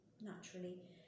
naturally